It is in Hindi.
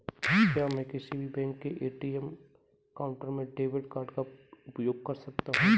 क्या मैं किसी भी बैंक के ए.टी.एम काउंटर में डेबिट कार्ड का उपयोग कर सकता हूं?